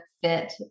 fit